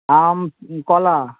আম কলা